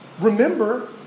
remember